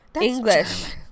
English